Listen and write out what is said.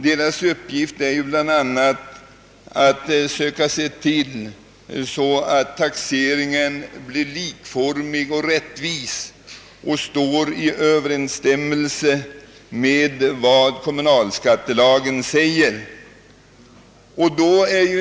Deras uppgift är bland annat att söka se till att taxeringen blir både likformig och rättvis och står i överensstämmelse med kommunalskattelagens bestämmelser.